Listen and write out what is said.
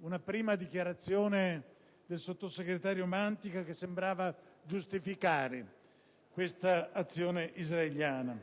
una prima dichiarazione del sottosegretario Mantica, che sembrava giustificare l'azione israeliana.